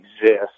exist